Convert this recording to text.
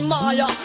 Maya